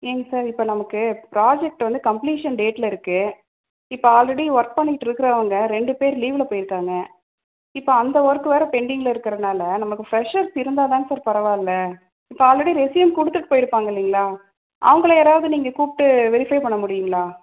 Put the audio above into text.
ஏங்க சார் இப்போ நமக்கு ப்ராஜெக்ட் வந்து கம்ப்ளீஷன் டேட்டில் இருக்கு இப்போ ஆல்ரெடி ஒர்க் பண்ணிக்கிட்டு இருக்கிறவங்க ரெண்டு பேர் லீவ்வில் போயி இருக்காங்க இப்போ அந்த ஒர்க் வேறு பெண்டிங்கில் இருக்கிறனால நமக்கு ஃப்ரெஷர்ஸ் இருந்தா தாங்க சார் பரவாயில்ல இப்போ ஆல்ரெடி ரெஸ்யூம் கொடுத்துட்டு போயி இருப்பாங்க இல்லைங்களா அவங்களை யாராவது நீங்கள் கூப்பிட்டு வெரிஃபை பண்ண முடியுங்களா